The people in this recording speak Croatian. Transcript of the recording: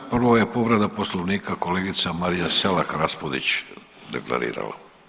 Prvo je povreda Poslovnika kolegica Marija Selak Raspudić deklarirala.